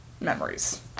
memories